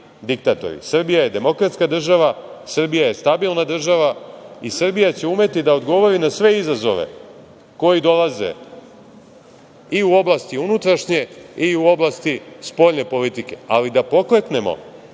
diktatori. Srbija je demokratska država, Srbija je stabilna država i Srbija će umeti da odgovori na sve izazove koji dolaze i u oblasti unutrašnje i u oblasti spoljne politike, ali da pokleknemo